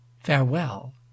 farewell